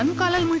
um college.